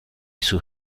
sus